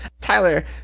Tyler